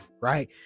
right